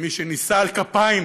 כמי שנישא על כפיים,